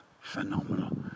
phenomenal